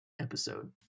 episode